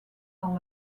dans